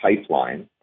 pipeline